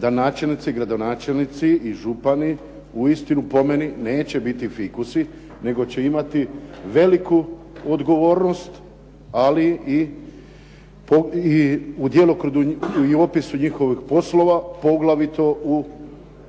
da načelnici, gradonačelnici i župani uistinu po meni neće biti fikusi nego će imati veliku odgovornost ali i u djelokrugu i opisu njihovih poslova poglavito u onim